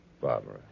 Barbara